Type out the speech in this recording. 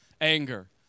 anger